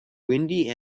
windy